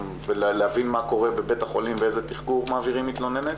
ולהבין מה קורה בבית החולים ואיזה תחקור מעבירים מתלוננת